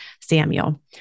Samuel